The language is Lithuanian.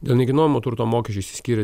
dėl nekilnojamo turto mokesčio išsiskyrė